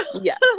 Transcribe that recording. yes